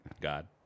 God